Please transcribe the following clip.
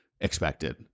expected